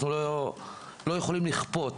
אנחנו לא יכולים לכפות.